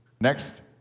Next